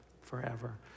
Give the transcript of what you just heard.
forever